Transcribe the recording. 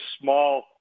small